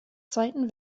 zweiten